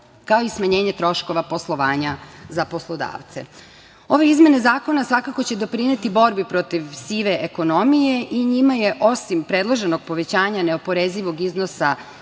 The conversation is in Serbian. kao i smanjenje troškova poslovanja za poslodavce. Ove izmene zakona svakako će doprineti borbi protiv sive ekonomije i njima je, osim predloženog povećanja neoporezivog iznosa